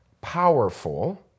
powerful